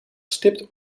stipt